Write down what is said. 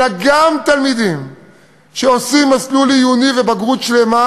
אלא גם תלמידים שעושים מסלול עיוני ובגרות שלמה,